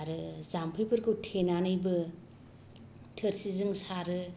आरो जामफैफोरखौ थेनानैबो थोरसिजों सारो